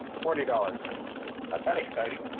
forty dollars. not that exciting.